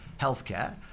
healthcare